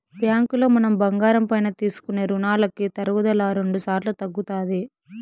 బ్యాంకులో మనం బంగారం పైన తీసుకునే రునాలకి తరుగుదల రెండుసార్లు తగ్గుతాది